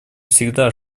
всегда